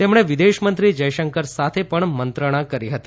તેમણે વિદેશમંત્રી જયશંકર સાથે પણ મંત્રણા કરી હતી